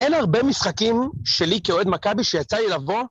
אין הרבה משחקים שלי כאוהד מכבי שיצא לי לבוא.